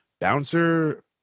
bouncer